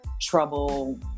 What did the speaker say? trouble